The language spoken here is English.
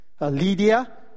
Lydia